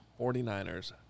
49ers